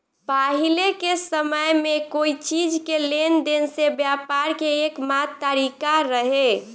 पाहिले के समय में कोई चीज़ के लेन देन से व्यापार के एकमात्र तारिका रहे